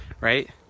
right